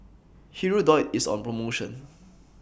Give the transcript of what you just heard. Hirudoid IS on promotion